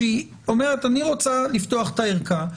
כשהיא אומרת שהיא רוצה לפתוח את הערכה,